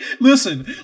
listen